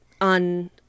on